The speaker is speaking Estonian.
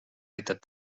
aitab